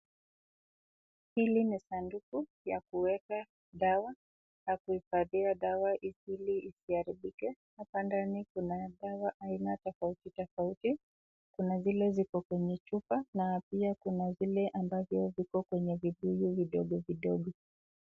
Hili ni saduku ya kuweka dawa ya kuhifadhia dawa ili isiharibike. Hapa ndani kuna dawa aina tofautitofauti. Kuna zile ziko kwenye chupa na pia kuna zile ambavyo ziko kwenye vibuyu vidogovidogo.